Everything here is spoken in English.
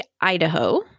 Idaho